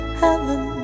heaven